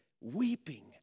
weeping